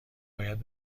باید